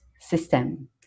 system